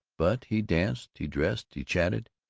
but he danced, he dressed, he chattered,